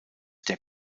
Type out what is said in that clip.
der